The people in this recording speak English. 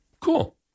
Cool